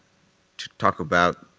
talk about